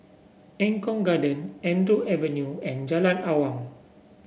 Eng Kong Garden Andrew Avenue and Jalan Awang